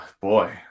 boy